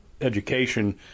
education